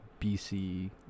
BC